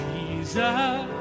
Jesus